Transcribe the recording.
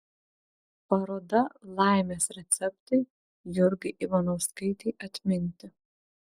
paroda laimės receptai jurgai ivanauskaitei atminti